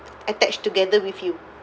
attached together with you